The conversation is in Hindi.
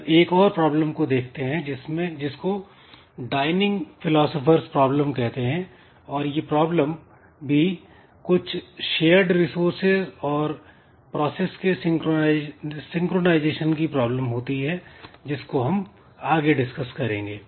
अब एक और प्रॉब्लम को देखते हैं जिसको डायनिंग फिलॉस्फर्स प्रॉब्लम कहते हैं और यह प्रॉब्लम भी कुछ शेयर्ड रिसोर्सेज और प्रोसेस के सिंक्रोनाइजेशन की प्रॉब्लम होती है जिसको हम आगे डिस्कस करेंगे